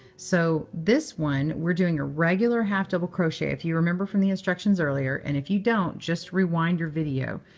so this one, we're doing a regular half double crochet if you remember from the instructions earlier. and if you don't, just rewind your video.